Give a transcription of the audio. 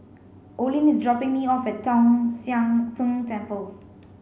Olene is dropping me off Tong Sian Tng Temple